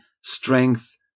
strength